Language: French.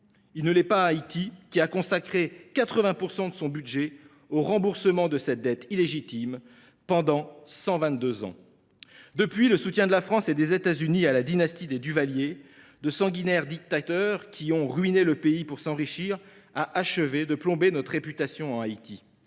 Il ne l’est pas en Haïti, qui a consacré 80 % de son budget au remboursement de cette dette illégitime pendant cent vingt deux ans. Depuis lors, le soutien de la France et des États Unis à la dynastie des Duvalier, de sanguinaires dictateurs qui ont ruiné le pays pour s’enrichir, a achevé de plomber notre réputation sur place.